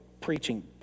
preaching